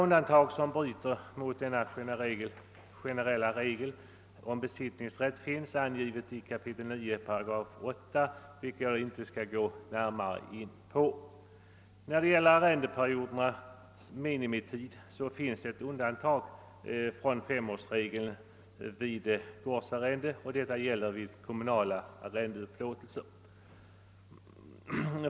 na generella regel om besittningsrätt finns angivna i 9 kap. 8 §, men jag skall inte gå närmare in på dessa. När det gäller arrendeperiodens minimitid finns ett undantag från femårsregeln vid gårdsarrende, och detta gäller vid kommunala arrendeupplåtelser.